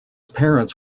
parents